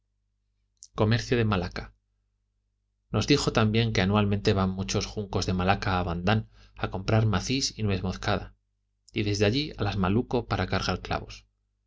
comercio de malaca nos dijo también que anualmente van muchos juncos de malaca a bandán a comprar macis y nuez moscada y desde allí a las malucco para cargar clavos